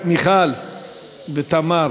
מיכל ותמר